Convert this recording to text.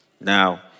Now